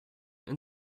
and